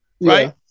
Right